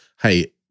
hey